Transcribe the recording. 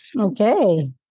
okay